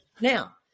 Now